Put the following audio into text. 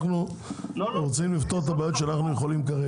אנחנו רוצים לפתור את הבעיות שאנחנו יכולים כרגע.